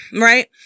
right